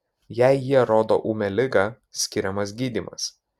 jei jie rodo ūmią ligą skiriamas gydymas